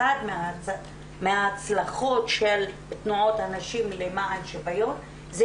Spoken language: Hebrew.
אחת מההצלחות של תנועות הנשים למען שוויון זה